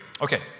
Okay